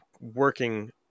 working